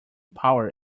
power